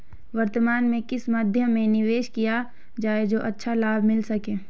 वर्तमान में किस मध्य में निवेश किया जाए जो अच्छा लाभ मिल सके?